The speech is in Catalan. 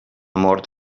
mort